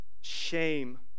shame